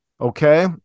Okay